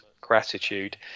gratitude